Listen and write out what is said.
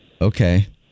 Okay